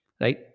right